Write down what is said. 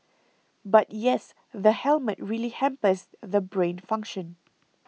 but yes the helmet really hampers the brain function